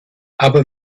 aber